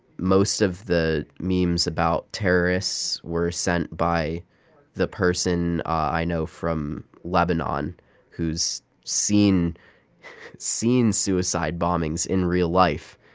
most of the memes about terrorists were sent by the person i know from lebanon who's seen seen suicide bombings in real life,